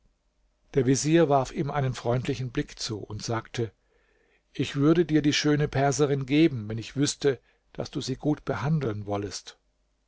der vezier warf ihm einen freundlichen blick zu und sagte ich würde dir die schöne perserin geben wenn ich wüßte daß du sie gut behandeln wollest